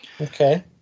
Okay